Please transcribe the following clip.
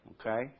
okay